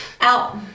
out